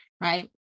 right